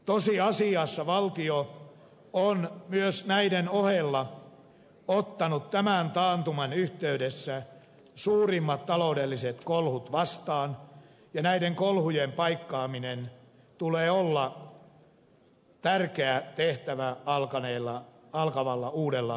tosiasiassa valtio on myös näiden ohella ottanut tämän taantuman yhteydessä suurimmat taloudelliset kolhut vastaan ja näiden kolhujen paikkaaminen tulee olla tärkeä tehtävä alkavalla uudella vuosikymmenellä